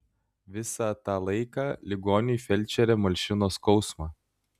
visą tą laiką ligoniui felčerė malšino skausmą